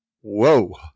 whoa